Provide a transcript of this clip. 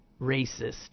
racist